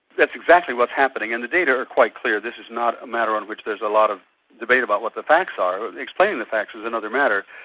that's exactly what's happening, and the data are quite clear that this is not a matter on which there's a lot of debate about what the facts are. explaining the facts is another matter.